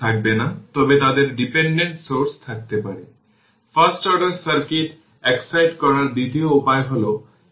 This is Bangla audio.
এখন আমি কিছু ব্যাখ্যায় আসব